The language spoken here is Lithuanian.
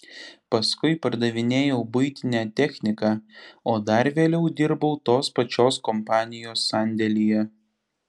paskui pardavinėjau buitinę techniką o dar vėliau dirbau tos pačios kompanijos sandėlyje